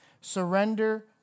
Surrender